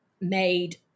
made